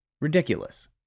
Ridiculous